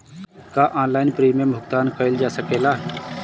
का online premium भुगतान कईल जा सकेला?